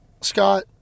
Scott